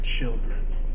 children